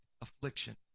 affliction